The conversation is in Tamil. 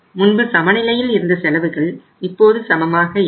முன்பு சமநிலையில் இருந்த செலவுகள் இப்போது சமமாக இல்லை